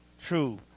true